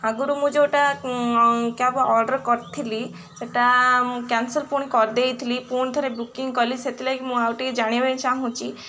ଆଗୁରୁ ମୁଁ ଯୋଉଟା କ୍ୟାବ୍ ଅର୍ଡ଼ର୍ କରିଥିଲି ସେଟା କ୍ୟାନସେଲ୍ ପୁଣି କରିଦେଇଥିଲି ପୁଣିଥରେ ବୁକିଂ କଲି ସେଥିଲାଗି ମୁଁ ଆଉ ଟିକେ ଜାଣିବା ପାଇଁ ଚାହୁଁଛି